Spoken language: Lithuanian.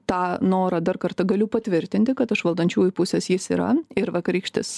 tą norą dar kartą galiu patvirtinti kad iš valdančiųjų pusės jis yra ir vakarykštis